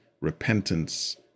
repentance